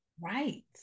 Right